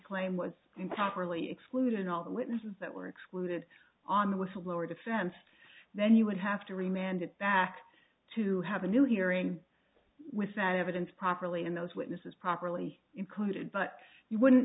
claim was improperly excluded and all the witnesses that were excluded on the whistleblower defense then you would have to re mandate back to have a new hearing with that evidence properly in those witnesses properly included but you wouldn't